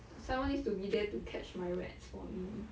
someone needs to be there to catch my rats for me